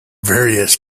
various